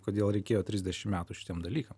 kodėl reikėjo trisdešim metų šitiem dalykam